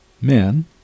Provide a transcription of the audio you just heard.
men